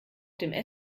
dem